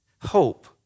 Hope